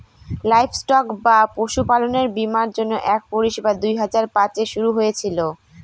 livestock বা পশুপালনের বীমার জন্য এক পরিষেবা দুই হাজার পাঁচে শুরু হয়েছিল